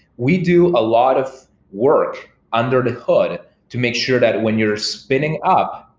we do a lot of work under the hood to make sure that when you're spinning up,